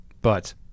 But-